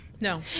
No